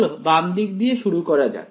চলো বাম দিক দিয়ে শুরু করা যাক